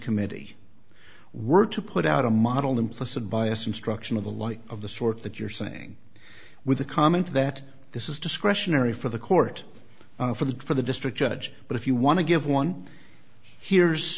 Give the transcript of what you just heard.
committee were to put out a model implicit bias instruction of the light of the sort that you're seeing with the comment that this is discretionary for the court for the for the district judge but if you want to give one here's